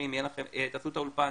תעשו את האולפן,